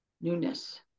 newness